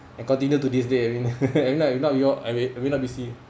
and continue to this day I mean if not if not we all I mean I may not be seen